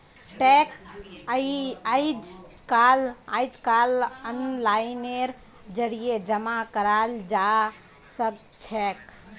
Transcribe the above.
tax अइजकाल ओनलाइनेर जरिए जमा कराल जबा सखछेक